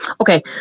Okay